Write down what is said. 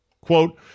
Quote